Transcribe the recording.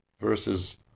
versus